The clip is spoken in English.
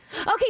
Okay